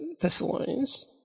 Thessalonians